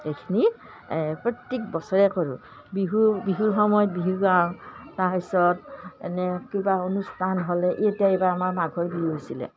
এইখিনি প্ৰত্যেক বছৰে কৰোঁ বিহু বিহুৰ সময়ত বিহু গাওঁ তাৰ পিছত এনে কিবা অনুষ্ঠান হ'লে এতিয়া এইবাৰ আমাৰ মাঘৰ বিহু হৈছিলে